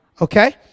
Okay